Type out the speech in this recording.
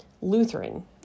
Lutheran